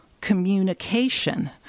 communication